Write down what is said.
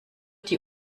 die